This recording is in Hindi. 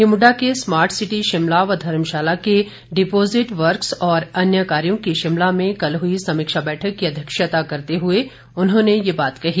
हिमुडा के स्मार्ट सिटी शिमला व धर्मशाला के डिपोजिट वर्क्स और अन्य कार्यों की शिमला में कल हुई समीक्षा बैठक की अध्यक्षता करते हुए उन्होंने यह बात कही